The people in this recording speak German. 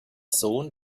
sohn